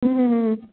ਹਮ